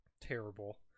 Terrible